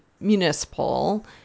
municipal